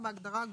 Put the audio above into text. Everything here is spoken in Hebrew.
התחילה).